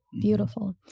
beautiful